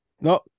no